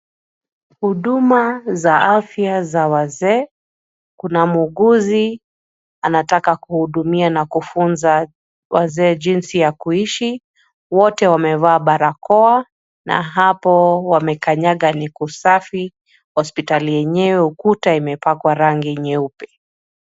Huduma za afya za wazee. Kuna muuguzi anataka kuhudumia na kufunza wazee jinsi ya kuishi. Wote wamevaa barakoa, na hapo wamekanyanga ni kusafi. Hospitali yenyewe ukuta imepakwa rangi nyeupe.